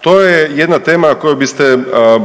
To je jedna tema koju biste